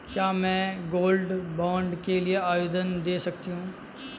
क्या मैं gold bond के लिए आवेदन दे सकती हूँ?